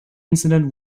incident